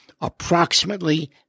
approximately